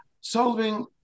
solving